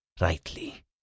rightly